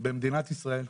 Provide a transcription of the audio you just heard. במדינת ישראל,